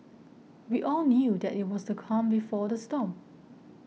we all knew that it was the calm before the storm